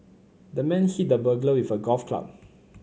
the man hit the burglar with a golf club